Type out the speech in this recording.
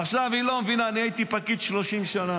עכשיו, היא לא מבינה, אני הייתי פקיד 30 שנה.